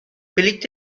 بلیط